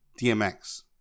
DMX